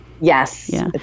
Yes